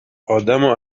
آدمو